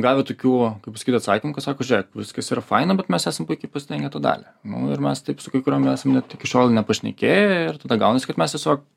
gavę tokių kaip pasakyt atsakymų kad sako žiūrėk viskas ir faina bet mes esam puikiai pasidengę tą dalį nu ir mes taip su kai kuriom esam net iki šiol nepašnekėję ir tada gaunasi kad mes tiesiog